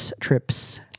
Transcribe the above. Trips